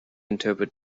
interpret